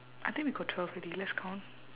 I think we got twelve already let's count